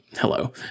hello